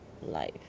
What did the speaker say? life